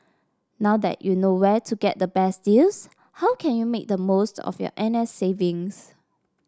now that you know where to get the best deals how can you make the most of your N S savings